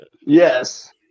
Yes